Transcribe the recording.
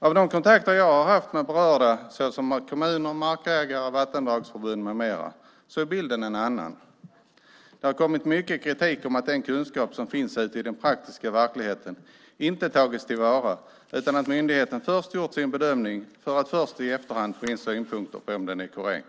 De kontakter jag har haft med berörda, såsom kommuner, markägare, vattenverksförbund med mera, ger en annan bild. Det har kommit mycket kritik om att den kunskap som finns ute i den praktiska verkligheten inte tagits till vara, utan att myndigheten först gjort sin bedömning för att först i efterhand få in synpunkter på om den är korrekt.